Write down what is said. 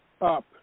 up